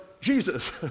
Jesus